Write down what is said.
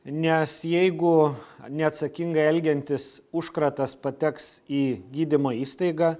nes jeigu neatsakingai elgiantis užkratas pateks į gydymo įstaigą